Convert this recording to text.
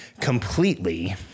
completely